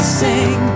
sing